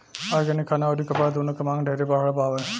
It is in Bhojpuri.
ऑर्गेनिक खाना अउरी कपड़ा दूनो के मांग ढेरे बढ़ल बावे